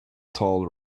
tall